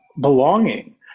belonging